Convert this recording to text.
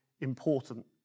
important